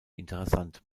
interessant